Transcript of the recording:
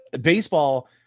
Baseball